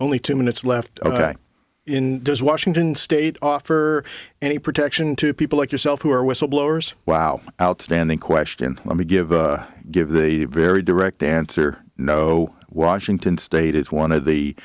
only two minutes left ok in does washington state offer any protection to people like yourself who are whistleblowers wow outstanding question let me give give a very direct answer no washington state is one of